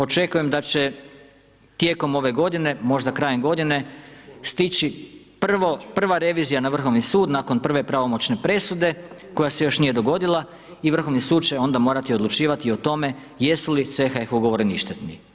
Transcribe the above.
Očekujem da će tijekom ove godine, možda krajem godine stići prva revizija na Vrhovni sud nakon prve pravomoćne presude koja se još nije dogodila i Vrhovni sud će onda morati odlučivati o tome jesu li CHF ugovori ništetni.